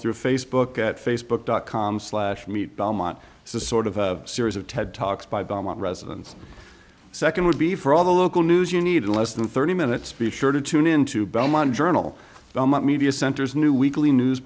through facebook at facebook dot com slash meet belmont sort of a series of ted talks by belmont residents second would be for all the local news you need less than thirty minutes be sure to tune in to belmont journal media centers new weekly news